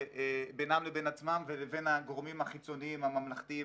בינן לבין עצמן לבין הגורמים החיצוניים הממלכתיים,